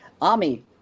Ami